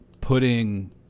putting